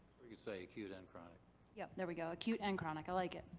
we could say acute and chronic. yep, there we go. acute and chronic. i like it.